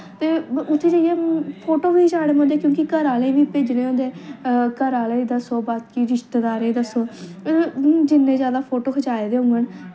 ते उत्थें जाइयै फोटो बी खचाने पौंदे क्योंकि घर आह्लें गी बी भेजने होंदे घर आह्लें गी दस्सो बाकी रिश्तेदारें गी दस्सो हून जिन्ने ज्यादा फोटो खचाए दे होङन